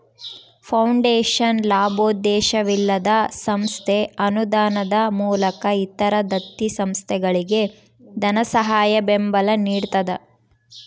foundation ಲಾಭೋದ್ದೇಶವಿಲ್ಲದ ಸಂಸ್ಥೆ ಅನುದಾನದ ಮೂಲಕ ಇತರ ದತ್ತಿ ಸಂಸ್ಥೆಗಳಿಗೆ ಧನಸಹಾಯ ಬೆಂಬಲ ನಿಡ್ತದ